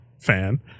fan